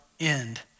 end